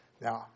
Now